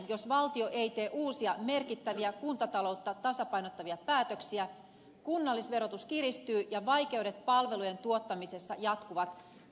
jos valtio ei tee uusia merkittäviä kuntataloutta tasapainottavia päätöksiä kunnallisverotus kiristyy ja vaikeudet palvelujen tuottamisessa jatkuvat